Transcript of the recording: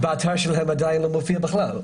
ובאתר שלהם עדיין לא מופיע בכלל.